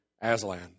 Aslan